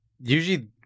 usually